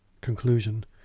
conclusion